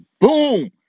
Boom